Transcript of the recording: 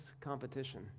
competition